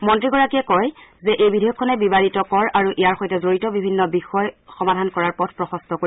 মন্ত্ৰীগৰাকীয়ে কয় যে এই বিধেয়কখনে বিবাদিত কৰ আৰু ইয়াৰ সৈতে জড়িত বিভিন্ন বিষয় সমাধান কৰাৰ পথ প্ৰশস্ত কৰিব